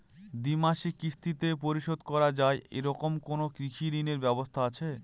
দ্বিমাসিক কিস্তিতে পরিশোধ করা য়ায় এরকম কোনো কৃষি ঋণের ব্যবস্থা আছে?